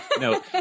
No